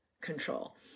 control